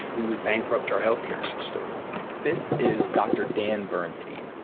we would bankrupt our healthcare system this is dr. dan bernstein,